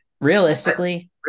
realistically